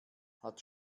hat